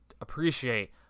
appreciate